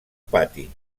pati